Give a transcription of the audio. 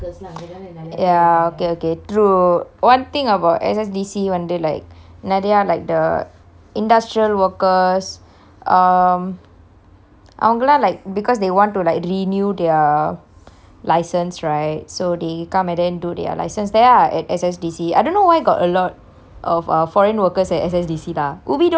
ya okay okay true one thing about S_S_D_C வந்து:vanthu like நிறைய:nereya like the industrial workers um அவங்களாம்:avengelaam like because they want to like renew their license right so they come and then do their license there ah at S_S_D_C I don't know why got a lot of err foreign workers at S_S_D_C lah ubi don't have meh